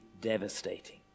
devastating